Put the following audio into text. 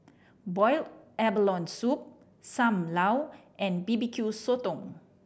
boiled abalone soup Sam Lau and B B Q Sotong